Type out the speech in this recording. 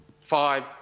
Five-